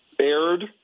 aired